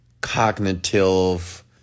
cognitive